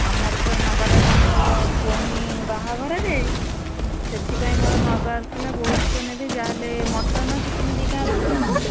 ଆମର ତ ନବାର ଅଛି ମୋ ଭଉଣୀ ବାହାଘର ଯେ ସେଥିପାଇଁ ମୋର ନବାର ଥିଲା ବହୁତ ତ ନେବି ଯାହେଲେ ମଟନ୍ ଚିକେନ୍ ଦୁଇଟାଙ୍କ ରଖିଛନ୍ତି ବା